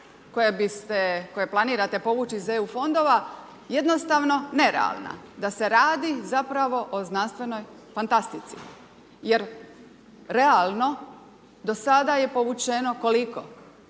koje planirani iz EU fondova jednostavno nerealna da se radi zapravo o znanstvenoj fantastici. Jer realno do sada je povućeno, koliko?